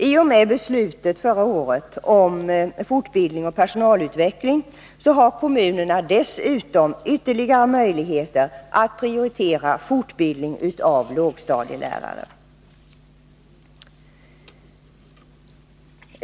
I och med beslutet förra året om fortbildning och personalutveckling har kommunerna dessutom ytterligare möjligheter att prioritera fortbildning av lågstadielärare.